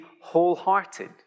wholehearted